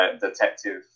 detective